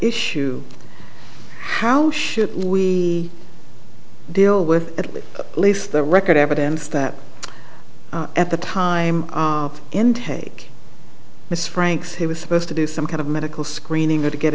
issue how should we deal with at least the record evidence that at the time and take this franks he was supposed to do some kind of medical screening to get